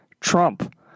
Trump